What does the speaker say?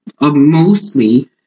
mostly